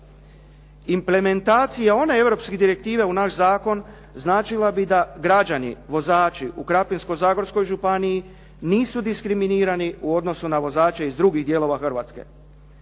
Implementacija one europske direktive u naš zakon značila bi da građani, vozači u Krapinsko-zagorskoj županiji nisu diskriminirani u odnosu na vozače iz drugih dijelova Hrvatske.